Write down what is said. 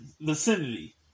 vicinity